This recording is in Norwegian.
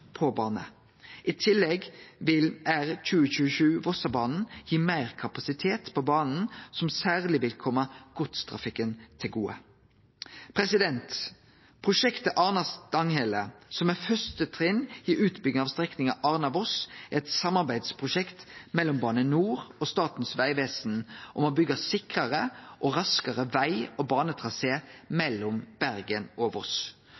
på bane. I tillegg vil R2027 Vossebanen gi meir kapasitet på banen, noko som særleg vil kome godstrafikken til gode. Prosjektet Arna–Stanghelle, som er første trinn i utbygging av strekninga Arna–Voss, er eit samarbeidsprosjekt mellom Bane NOR og Statens vegvesen om å byggje sikrare og raskare veg- og banetrasé mellom Bergen og